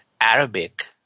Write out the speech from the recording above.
Arabic